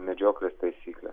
medžioklės taisykles